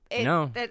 No